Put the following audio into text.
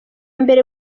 mbere